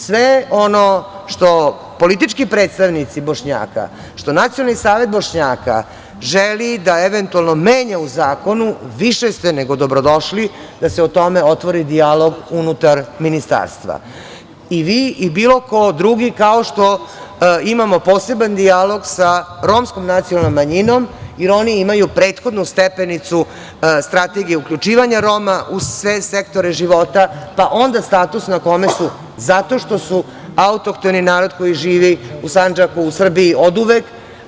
Sve ono što politički predstavnici Bošnjaka, što Nacionalni savet Bošnjaka želi da eventualno menja u zakonu više ste nego dobrodošli da se o tome otvori dijalog unutar Ministarstva, i vi i bilo ko drugi, kao što imamo poseban dijalog sa romskom nacionalnom manjinom, jer oni imaju prethodnu stepenicu, Strategija uključivanja Roma u sve sektore života, pa onda status na kome su, zato što su autohtoni narod koji živi u Sandžaku, u Srbiji oduvek.